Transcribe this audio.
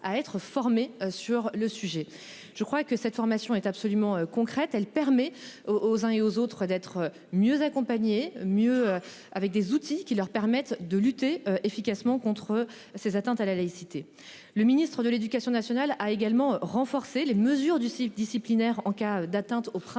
Je crois que cette formation est absolument concrète, elle permet aux uns et aux autres d'être mieux accompagnés, mieux avec des outils qui leur permettent de lutter efficacement contre ces atteintes à la laïcité, le ministre de l'Éducation nationale a également renforcé les mesures du CF disciplinaires en cas d'atteinte au principe